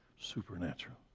Supernatural